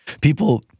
People